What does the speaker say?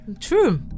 True